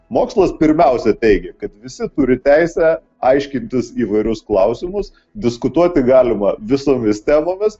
mokslas pirmiausia teigia kad visi turi teisę aiškintis įvairius klausimus diskutuoti galima visomis temomis